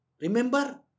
Remember